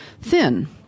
thin